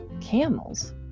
camels